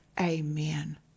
Amen